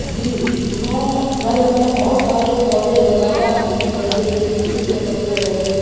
جی میں گھر میں بہت سارے پودے لگاتا ہوں جیسے کہ تلسی کے پتے ہو گئے